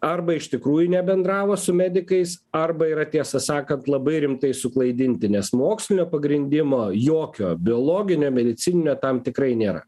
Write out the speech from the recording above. arba iš tikrųjų nebendravo su medikais arba yra tiesą sakant labai rimtai suklaidinti nes mokslinio pagrindimo jokio biologinio medicininio tam tikrai nėra